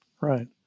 Right